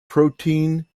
protein